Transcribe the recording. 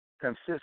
consists